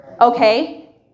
Okay